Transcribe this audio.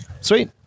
Sweet